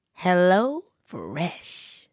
HelloFresh